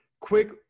quick